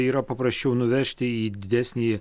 yra paprasčiau nuvežti į didesnį